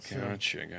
Gotcha